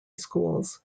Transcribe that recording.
schools